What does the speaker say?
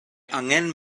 angen